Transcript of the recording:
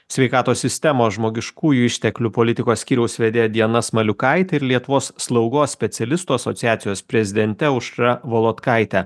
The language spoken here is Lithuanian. sveikatos sistemos žmogiškųjų išteklių politikos skyriaus vedėja diana smaliukaite ir lietuvos slaugos specialistų asociacijos prezidente aušra volodkaite